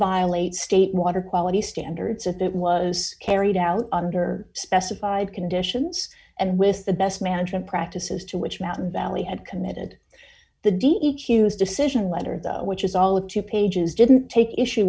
violate state water quality standards if it was carried out under specified conditions and with the best management practices to which mountain valley had committed the d e choose decision letter though which is all of two pages didn't take issue